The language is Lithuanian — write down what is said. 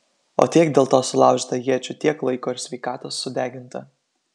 o tiek dėl to sulaužyta iečių tiek laiko ir sveikatos sudeginta